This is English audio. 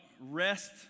rest